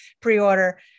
pre-order